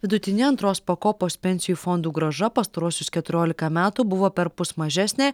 vidutinė antros pakopos pensijų fondų grąža pastaruosius keturiolika metų buvo perpus mažesnė